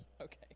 Okay